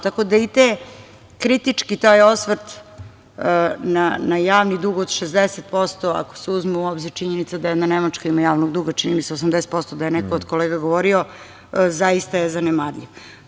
Tako da taj kritički osvrt na javni dug od 60%, ako se uzme u obzir činjenica da jedna Nemačka ima javnog duga, čini mi se, 80%, da je neko od kolega govorio, zaista je zanemarljiv.